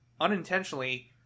unintentionally